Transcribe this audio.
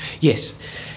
Yes